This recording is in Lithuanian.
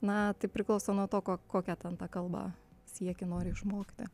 na tai priklauso nuo to ko kokia ten ta kalba sieki nori išmokti